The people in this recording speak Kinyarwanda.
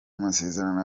masezerano